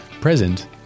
present